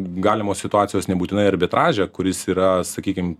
galimos situacijos nebūtinai arbitraže kuris yra sakykim